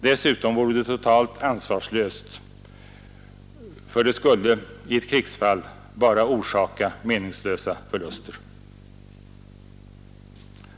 Dessutom vore det totalt ansvarslöst, det skulle i ett krigsfall bara orsaka meningslösa förluster.